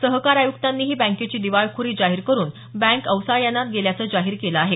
सहकार आय्क्तांनीही बँकेची दिवाळखोरी जाहीर करून बँक अवसायनात गेल्याचं जाहीर केलं आहे